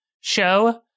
show